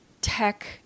tech